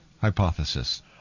hypothesis